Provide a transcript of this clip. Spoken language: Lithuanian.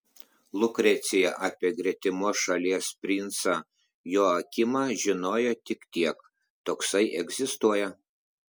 lukrecija apie gretimos šalies princą joakimą žinojo tik tiek toksai egzistuoja